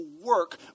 work